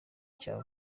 cya